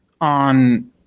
on